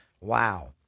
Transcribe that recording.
Wow